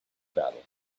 battle